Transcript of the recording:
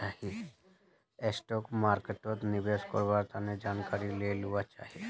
stock मार्केटोत निवेश कारवार तने जानकारी ले लुआ चाछी